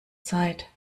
zeit